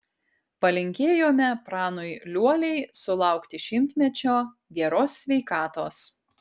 palinkėjome pranui liuoliai sulaukti šimtmečio geros sveikatos